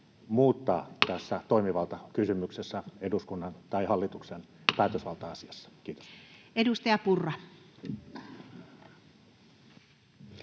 koputtaa] tässä toimivaltakysymyksessä eduskunnan tai hallituksen päätösvaltaa asiassa? — Kiitos. [Speech 23]